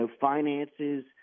finances